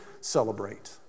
celebrate